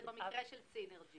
זה במקרה של סינרג'י.